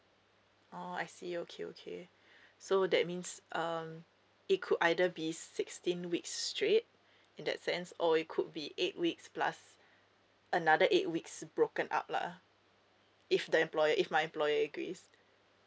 oh I see okay okay so that means um it could either be sixteen weeks straight in that sense or it could be eight weeks plus another eight weeks broken up lah if the employer if my employee agrees